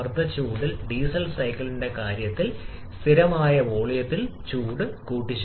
എന്നിട്ട് വിസ്തീർണ്ണം ചെറുതാണ് തീർച്ചയായും രണ്ടാമത്തെ ഏരിയ അൽപ്പം ചെറുതാണ്